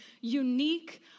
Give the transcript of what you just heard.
unique